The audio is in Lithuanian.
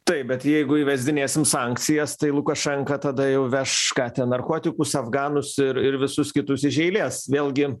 taip bet jeigu įvesdinėsim sankcijas tai lukašenka tada jau veš ką ten narkotikus afganus ir ir visus kitus iš eilės vėlgi